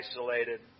isolated